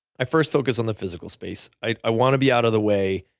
i first focus on the physical space. i want to be out of the way.